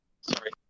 sorry